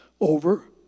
over